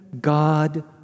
God